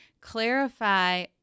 Clarify